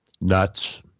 nuts